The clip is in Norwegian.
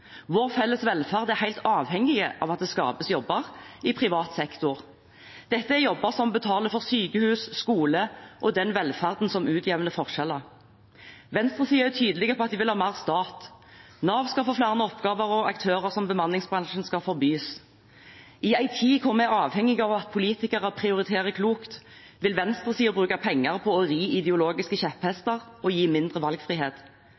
Vår felles velferd er helt avhengig av at det skapes jobber i privat sektor. Dette er jobber som betaler for sykehus, skole og den velferden som utjevner forskjeller. Venstresiden er tydelig på at de vil ha mer stat: Nav skal få flere oppgaver, og aktører som bemanningsbransjen skal forbys. I en tid hvor vi er avhengig av at politikere prioriterer klokt, vil venstresiden bruke penger på å ri ideologiske kjepphester og gi mindre valgfrihet.